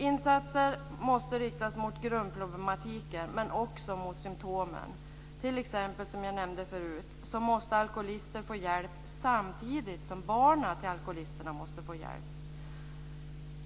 Insatser måste riktas mot grundproblemet, men också mot symtomen. Jag nämnde t.ex. förut att alkoholisterna måste få hjälp samtidigt som barnen till alkoholisterna måste få hjälp.